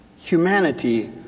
humanity